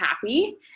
happy